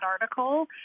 article